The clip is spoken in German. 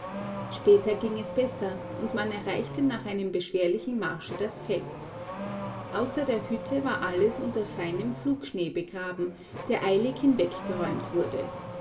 später ging es besser und man erreichte nach einem beschwerlichen marsche das feld außer der hütte war alles unter seinem flugschnee begraben der eilig hinweggeräumt wurde